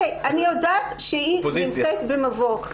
יודעת שהיא נמצאת במבוך.